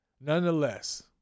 nonetheless